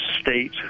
state